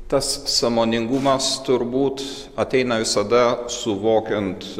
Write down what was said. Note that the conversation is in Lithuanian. tas sąmoningumas turbūt ateina visada suvokiant